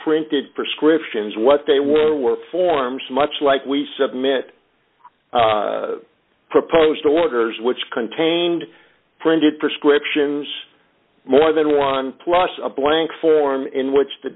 preprinted prescriptions what they were were forms much like we submit proposed orders which contained printed prescriptions more than one plus a blank form in which the